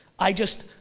i just,